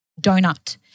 donut